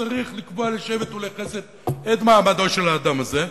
שצריך לקבוע לשבט ולחסד את מעמדו של האדם הזה,